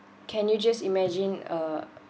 can you just imagine uh